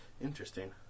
Interesting